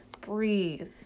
breathe